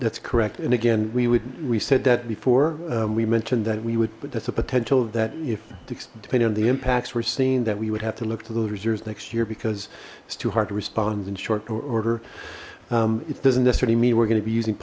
that's correct and again we would we said that before we mentioned that we would but that's a potential that if depending on the impacts were saying that we would have to look to those reserves next year because it's too hard to respond in short order it doesn't necessarily mean we're going to be using